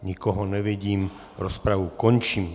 Nikoho nevidím, rozpravu končím.